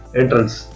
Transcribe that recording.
entrance